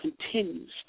continues